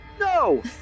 no